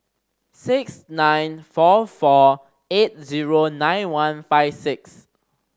six nine four four eight zero nine one five six